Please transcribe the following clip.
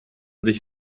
sich